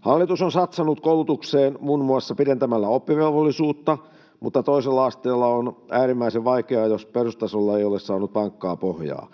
Hallitus on satsannut koulutukseen muun muassa pidentämällä oppivelvollisuutta, mutta toisella asteella on äärimmäisen vaikeaa, jos perustasolla ei ole saanut vankkaa pohjaa.